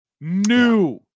New